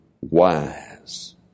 wise